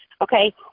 Okay